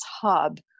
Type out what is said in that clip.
hub